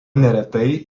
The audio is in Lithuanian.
neretai